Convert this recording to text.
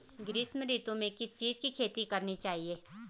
ग्रीष्म ऋतु में किस चीज़ की खेती करनी चाहिये?